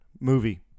Movie